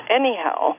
anyhow